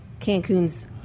Cancun's